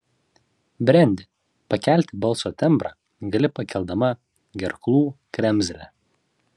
brendi pakelti balso tembrą gali pakeldama gerklų kremzlę